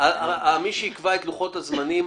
מי שיקבע את לוחות הזמנים,